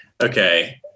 Okay